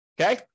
Okay